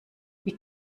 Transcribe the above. wie